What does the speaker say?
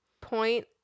point